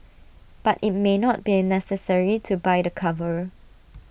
but IT may not been necessary to buy the cover